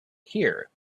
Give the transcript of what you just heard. here